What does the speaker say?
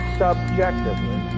subjectively